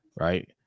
Right